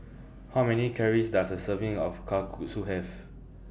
How Many Calories Does A Serving of Kalguksu Have